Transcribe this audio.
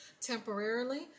temporarily